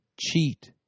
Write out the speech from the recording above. cheat